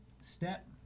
Step